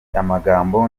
amagambo